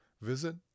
visit